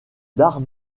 d’arts